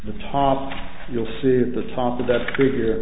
the top you'll see at the top of that we hear